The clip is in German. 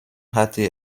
hatte